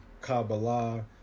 Kabbalah